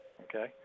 okay